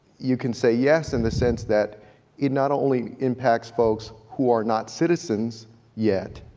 you can say yes in the sense that it not only impacts folks who are not citizens yet,